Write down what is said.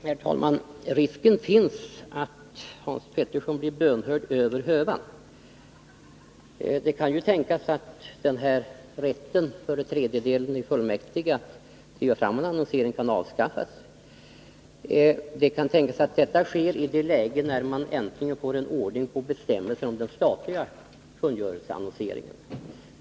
Herr talman! Risken finns att Hans Petersson blir bönhörd över hövan. Det kan tänkas att den här rätten för en tredjedel av fullmäktigeledamöterna driver fram att den kommunala kungörelseannonseringen avskaffas. Det kan tänkas att detta sker i det läge då man äntligen fått ordning på bestämmelserna om den statliga kungörelseannonseringen.